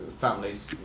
families